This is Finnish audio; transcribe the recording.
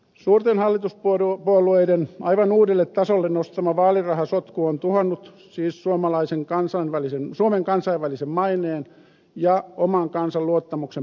suurten hallituspuolueiden aivan uudelle tasolle nostama vaalirahasotku on tuhonnut siis suomen kansainvälisen maineen ja oman kansan luottamuksen politiikkaan